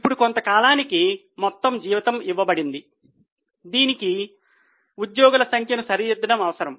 ఇప్పుడు కొంత కాలానికి మొత్తం జీతం ఇవ్వబడింది దీనికి ఉద్యోగుల సంఖ్యను సరిదిద్దడం అవసరం